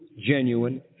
genuine